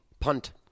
Punt